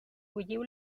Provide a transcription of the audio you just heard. bulliu